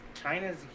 China's